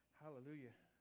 hallelujah